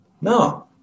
No